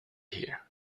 here